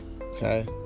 okay